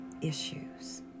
issues